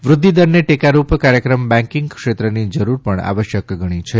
વૃધ્યિદરને ટેકારૂપ કાર્યક્રમ બેન્કિંગ ક્ષેત્રની જરૂર પણ આવશ્યક ગણી છે